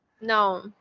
no